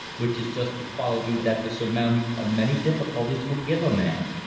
which is just the quality that the surmounting of many difficulties will give a man.